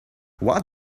what